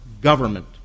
government